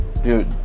dude